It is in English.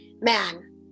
man